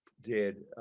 did,